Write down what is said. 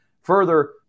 Further